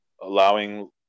allowing